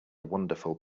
wonderful